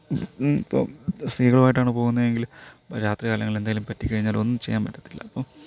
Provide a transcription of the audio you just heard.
ഇപ്പോൾ സ്ത്രീകളുമായിട്ടാണ് പോകുന്നതെങ്കിൽ രാത്രികാലങ്ങളിൽ എന്തേലും പറ്റിക്കഴിഞ്ഞാൽ ഒന്നും ചെയ്യാൻ പറ്റത്തില്ല അപ്പോൾ